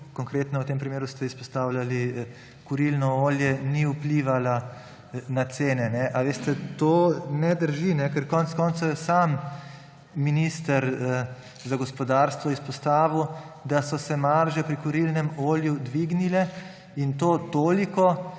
konkretno ste v tem primeru izpostavili kurilno olje – ni vplivala na cene. Veste, to ne drži, ker konec koncev je sam minister za gospodarstvo izpostavil, da so se marže pri kurilnem olju dvignile, in to toliko,